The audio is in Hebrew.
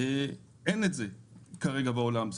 אין את זה כרגע בעולם.